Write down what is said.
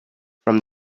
from